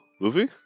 Luffy